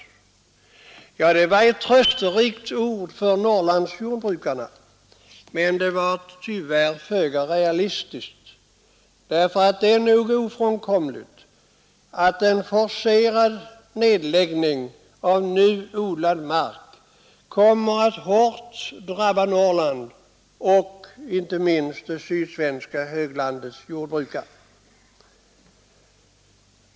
Detta var givetvis ett trösterikt budskap för Norrlandsjordbrukarna, men det var tyvärr föga realistiskt. Det är nog ofrånkomligt att en forcerad nedläggning av nu odlad åkermark kommer att hårt drabba Norrlands och inte minst det sydsvenska höglandets jordbruk.